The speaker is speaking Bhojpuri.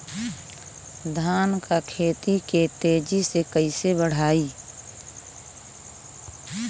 धान क खेती के तेजी से कइसे बढ़ाई?